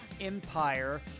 Empire